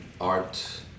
art